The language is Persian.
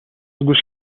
گوش